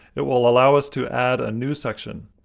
it will allow us to add a new section.